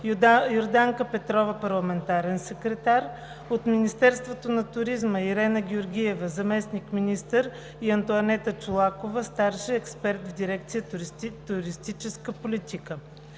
Йорданка Петрова – парламентарен секретар; от Министерството на туризма – Ирена Георгиева – заместник-министър, и Антоанета Чолакова – старши експерт в дирекция „Туристическа политика“.